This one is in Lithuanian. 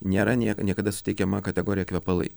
nėra niek niekada suteikiama kategorija kvepalai